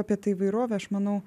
apie tą įvairovę aš manau